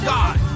God